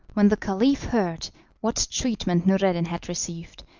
when the caliph heard what treatment noureddin had received,